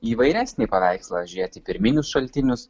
įvairesnį paveikslą žiūrėt į pirminius šaltinius